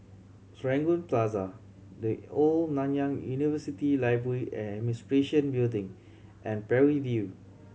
Serangoon Plaza The Old Nanyang University Library and Administration Building and Parry View